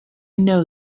know